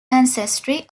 ancestry